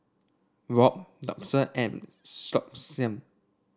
Rob Dolphus and Siobhan